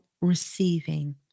receiving